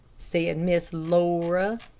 said miss laura.